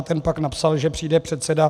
Ten pak napsal, že přijde předseda.